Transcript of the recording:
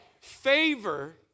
Favor